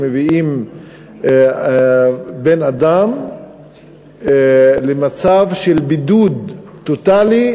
שמביאים בן-אדם למצב של בידוד טוטלי,